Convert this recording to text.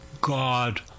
God